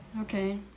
Okay